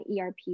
ERP